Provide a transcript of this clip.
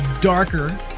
darker